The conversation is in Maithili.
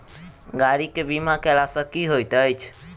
गाड़ी केँ बीमा कैला सँ की होइत अछि?